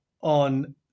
on